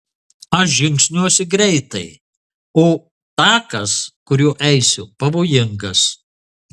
aš žingsniuosiu greitai o takas kuriuo eisiu pavojingas